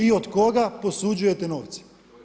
I od koga posuđujete novce?